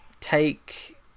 take